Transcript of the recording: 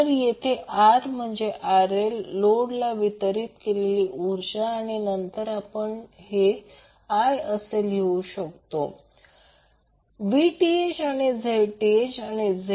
तर येथे R म्हणजे RL लोडला वितरीत केलेली ऊर्जा आणि नंतर आपण लिहू शकतो I हे Vth आणि Zth आणि ZL